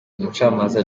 umucamanza